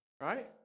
right